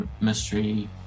mystery